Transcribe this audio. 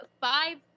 five